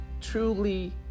truly